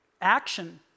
action